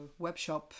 webshop